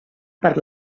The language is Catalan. per